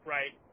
Right